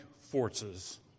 forces